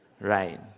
Right